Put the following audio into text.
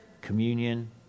Communion